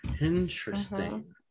Interesting